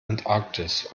antarktis